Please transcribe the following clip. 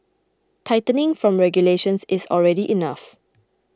tightening from regulations is already enough